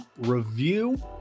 review